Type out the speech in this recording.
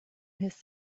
his